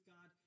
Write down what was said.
God